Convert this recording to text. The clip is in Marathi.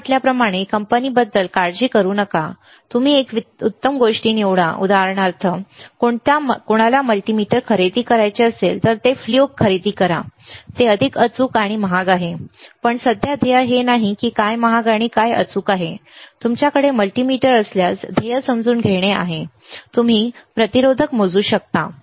मी म्हटल्याप्रमाणे कंपनीबद्दल काळजी करू नका तुम्ही एक उत्तम गोष्ट निवडा उदाहरणार्थ जर कोणाला मल्टीमीटर खरेदी करायचे असेल तर ते फ्लयुक खरेदीकरा ते अधिक अचूक महाग आहे पण सध्या ध्येय हे नाही काय महाग आहे काय अचूक आहे तुमच्याकडे मल्टीमीटर असल्यास ध्येय समजून घेणे आहे तुम्ही प्रतिरोधक मोजू शकता का